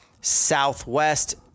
Southwest